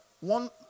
One